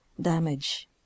Damage